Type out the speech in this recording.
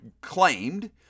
claimed